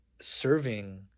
serving